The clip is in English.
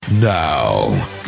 Now